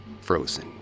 frozen